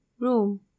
room